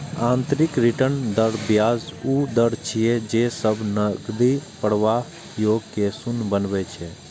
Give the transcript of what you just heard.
आंतरिक रिटर्न दर ब्याजक ऊ दर छियै, जे सब नकदी प्रवाहक योग कें शून्य बनबै छै